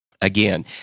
Again